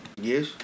yes